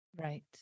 Right